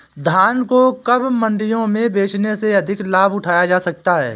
धान को कब मंडियों में बेचने से अधिक लाभ उठाया जा सकता है?